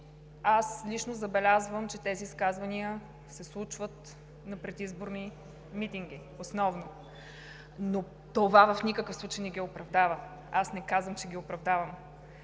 аз лично забелязвам, че тези изказвания се случват на предизборни митинги – основно. Това в никакъв случай обаче не ги оправдава. Аз не казвам, че ги оправдавам